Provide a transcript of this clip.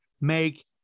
make